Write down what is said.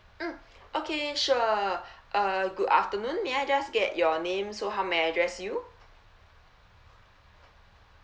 mm okay sure uh good afternoon may I just get your name so how may I address you